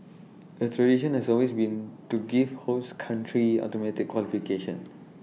the tradition has always been to give host country automatic qualification